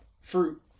fruit